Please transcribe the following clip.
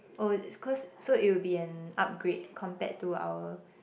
oh is cause so it would be an upgrade compared to our